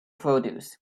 produce